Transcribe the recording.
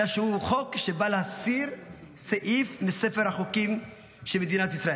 אלא שהוא חוק שבא להסיר סעיף מספר החוקים של מדינת ישראל.